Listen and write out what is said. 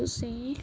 ਤੁਸੀਂ